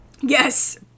Yes